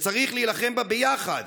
וצריך להילחם בה ביחד,